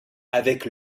avec